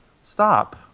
stop